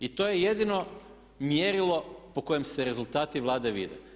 I to je jedino mjerilo po kojem se rezultati Vlade vide.